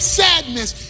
sadness